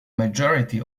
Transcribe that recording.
majority